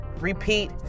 repeat